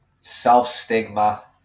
Self-stigma